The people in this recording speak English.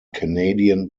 canadian